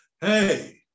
Hey